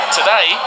today